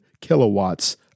kilowatts